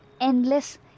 endless